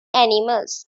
animals